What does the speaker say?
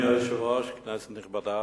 אדוני היושב-ראש, כנסת נכבדה,